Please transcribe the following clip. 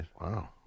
Wow